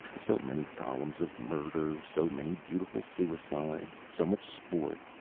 so many columns of murder, so many beautiful suicides, so much sport,